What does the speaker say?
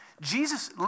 Jesus